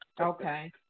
Okay